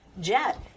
jet